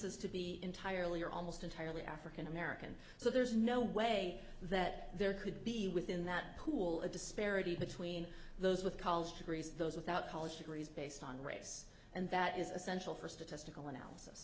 homogeneous as to be entirely or almost entirely african american so there's no way that there could be within that pool a disparity between those with college degrees those without college degrees based on race and that is essential for statistical analysis